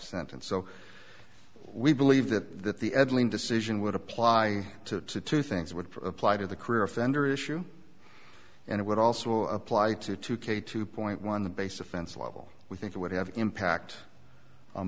sentence so we believe that that the editing decision would apply to to things would apply to the career offender issue and it would also apply to two k two point one the base offense level we think it would have impact on